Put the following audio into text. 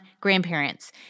grandparents